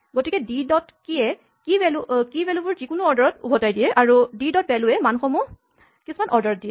গতিকে D dot কী য়ে কী বোৰ যিকোনো অৰ্ডাৰত উভতাই দিয়ে আৰু ডি ডট ভেল্যুৱে মানসমূহ কিছুমান অৰ্ডাৰত দিয়ে